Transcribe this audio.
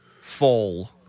fall